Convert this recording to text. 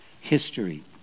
history